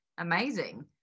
Amazing